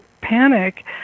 panic